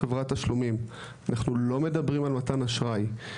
אנחנו לא מדברים על מתן אשראי,